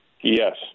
Yes